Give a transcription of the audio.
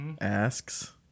asks